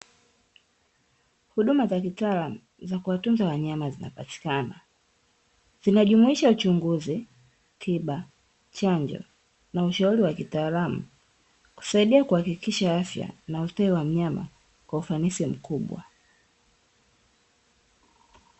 Huduma za kitaalamu za kuwa tunza wanyama, zina patikana. Zina jumuisha uchunguzi, tiba, chanjo na ushauri wa kitaalamu, kusaidia kuhakikisha afya na ustawi wa mnyama kwa ufanisi mkubwa.